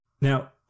Now